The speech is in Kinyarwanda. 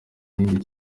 yindi